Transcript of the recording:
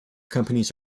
companies